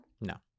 No